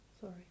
Sorry